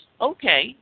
okay